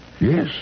Yes